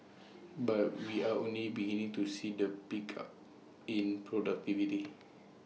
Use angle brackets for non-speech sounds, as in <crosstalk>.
but we are <noise> only beginning to see the pickup in productivity